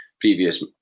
previous